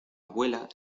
abuela